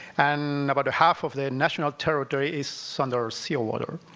and about half of the national territory is so under ah seawater.